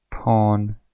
pawn